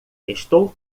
estou